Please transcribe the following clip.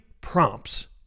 prompts